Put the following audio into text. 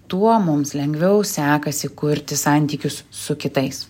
tuo mums lengviau sekasi kurti santykius su kitais